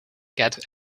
get